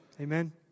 Amen